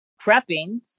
prepping